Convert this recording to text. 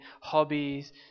hobbies